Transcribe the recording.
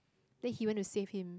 then he went to save him